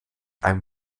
einem